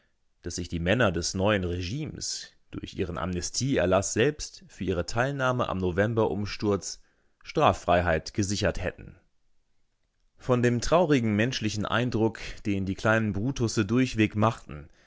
daß sich die männer des neuen regimes durch ihren amnestieerlaß selbst für ihre teilnahme am novemberumsturz straffreiheit gesichert hätten von dem traurigen menschlichen eindruck den die kleinen brutusse durchweg machten